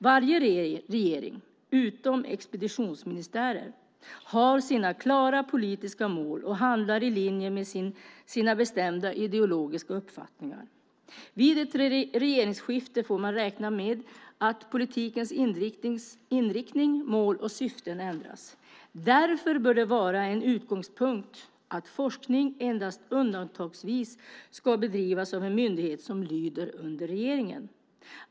Varje regering - utom expeditionsministärer - har sina klara politiska mål och handlar i linje med sina bestämda ideologiska uppfattningar. Vid ett regeringsskifte får man räkna med att politikens inriktning, mål och syften ändras. Därför bör det vara en utgångspunkt att forskning endast undantagsvis ska bedrivas av en myndighet som lyder under regeringen.